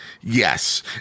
Yes